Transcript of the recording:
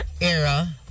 era